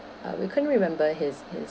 uh we couldn't remember his his